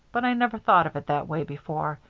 but i never thought of it that way before.